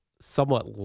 somewhat –